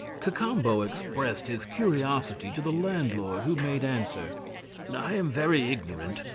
cacambo expressed his curiosity to the landlord, who made answer i am very ignorant,